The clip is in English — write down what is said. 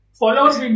followers